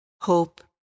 hope